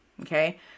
okay